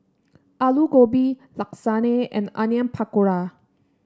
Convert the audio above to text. Alu Gobi Lasagne and Onion Pakora